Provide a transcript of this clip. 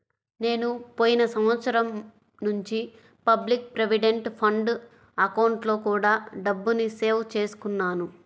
నేను పోయిన సంవత్సరం నుంచి పబ్లిక్ ప్రావిడెంట్ ఫండ్ అకౌంట్లో కూడా డబ్బుని సేవ్ చేస్తున్నాను